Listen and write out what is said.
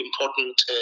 important